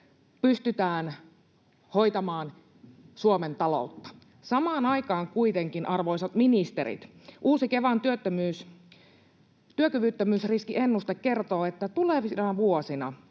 pystytään hoitamaan Suomen taloutta. Samaan aikaan kuitenkin, arvoisat ministerit, uusi Kevan työkyvyttömyysriskiennuste kertoo, että tulevina vuosina